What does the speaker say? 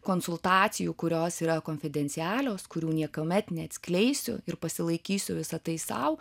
konsultacijų kurios yra konfidencialios kurių niekuomet neatskleisiu ir pasilaikysiu visa tai sau